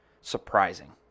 surprising